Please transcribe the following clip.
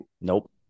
nope